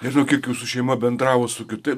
nežinau kiek jūsų šeima bendravo su kitais